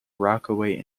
rockaway